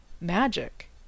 magic